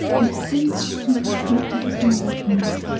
but please do not be angry with me,